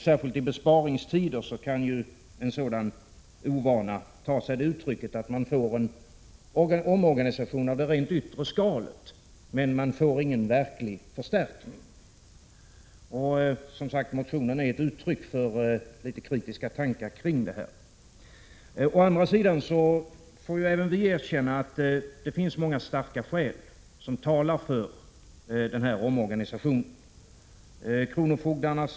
Särskilt i besparingstider kan en sådan ovana ta sig uttrycket att det blir en omorganisation av det rent yttre skalet men ingen verklig förstärkning. Motionen är som sagt ett uttryck för litet kritiska tankar kring detta. Å andra sidan får även vi erkänna att många starka skäl talar för den här omorganisationen.